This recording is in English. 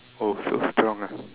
oh so strong ah